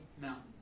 mountain